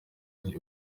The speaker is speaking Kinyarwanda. ari